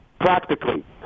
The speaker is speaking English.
Practically